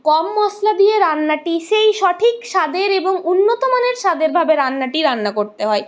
কম মশলা দিয়ে রান্নাটি সেই সঠিক স্বাদের এবং উন্নতমানের স্বাদের ভাবে রান্নাটি রান্না করতে হয়